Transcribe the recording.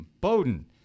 Bowden